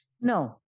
No